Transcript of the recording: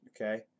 Okay